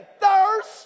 thirst